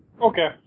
Okay